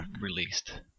released